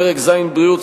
פרק ז' בריאות,